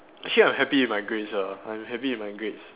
actually I'm happy with my grades ah I'm happy with my grades